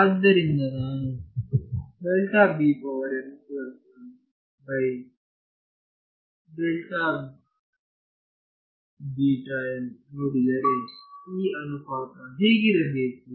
ಆದ್ದರಿಂದ ನಾನು ನೋಡಿದರೆ ಈ ಅನುಪಾತ ಹೇಗಿರಬೇಕು